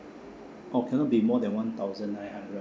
oh cannot be more than one thousand nine hundred